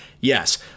Yes